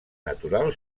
natural